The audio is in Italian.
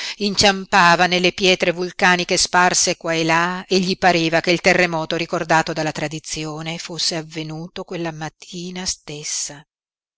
inciampava nelle pietre vulcaniche sparse qua e là e gli pareva che il terremoto ricordato dalla tradizione fosse avvenuto quella mattina stessa